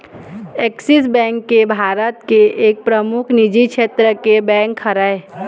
Axis bank Bharat के एक परमुख निजी छेत्र के बेंक हरय